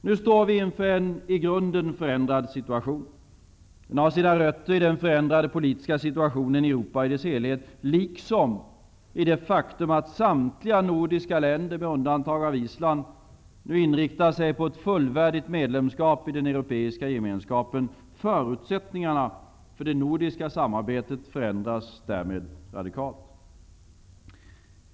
Nu står vi inför en i grunden förändrad situation. Den har sina rötter i den förändrade politiska situationen i Europa i dess helhet, liksom i det faktum att samtliga nordiska länder, med undantag av Island, nu inriktar sig på ett fullvärdigt medlemskap i den europeiska gemenskapen. Förutsättningarna för det nordiska samarbetet förändras därmed radikalt.